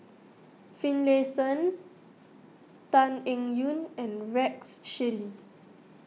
Finlayson Tan Eng Yoon and Rex Shelley